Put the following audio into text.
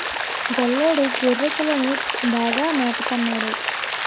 గొల్లోడు గొర్రెకిలని బాగా మేపత న్నాడు